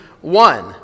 one